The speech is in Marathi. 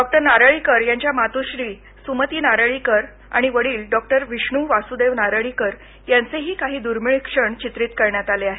डॉक्टर नारळीकर यांच्या मात्ःश्री सुमती नारळीकर आणि वडील डॉक्टर विष्णू वास्देव नारळीकर यांचेही काही दूर्मीळ क्षण चित्रित करण्यात आले आहेत